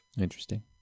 Interesting